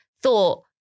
thought